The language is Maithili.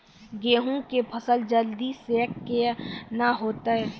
गेहूँ के फसल जल्दी से के ना होते?